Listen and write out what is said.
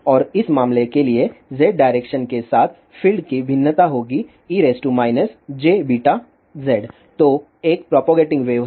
और इस मामले के लिए z डायरेक्शन के साथ फील्ड की भिन्नता होगी e jβz जो एक प्रोपगेटिंग वेव है